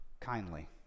Kindly